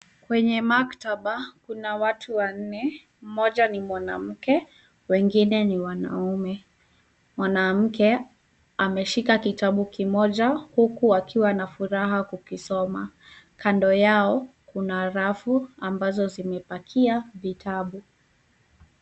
Kwenye maktaba kuna watu wanne mmoja ni mwanamke wengine ni wanaume. Mwanamke ameshika kitabu kimoja huku wakiwa na furaha kukisoma. Kando yao kuna rafu ambazo zimepakia vitabu.